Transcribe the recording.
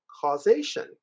causation